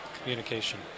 communication